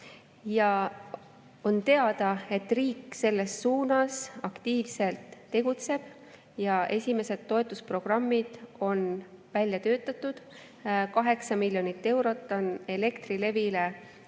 Ja on teada, et riik selles suunas aktiivselt tegutseb. Esimesed toetusprogrammid on välja töötatud, 8 miljonit eurot on Elektrilevile eraldatud.